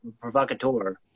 provocateur